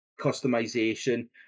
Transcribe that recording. customization